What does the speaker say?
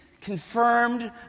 confirmed